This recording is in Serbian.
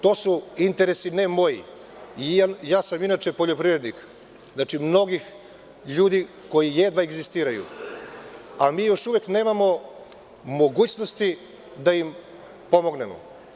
To su interesi ne moji, ja sam inače poljoprivrednik, znači mnogih ljudi koji jedva egzistiraju, a mi još uvek nemamo mogućnosti da im pomognemo.